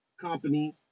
company